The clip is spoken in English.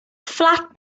flat